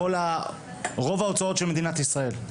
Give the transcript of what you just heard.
של רוב ההוצאות של מדינת ישראל מתחת לכתפיים.